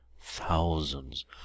thousands